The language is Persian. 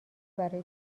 برای